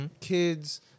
Kids